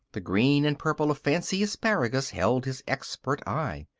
the green and purple of fancy asparagus held his expert eye.